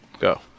Go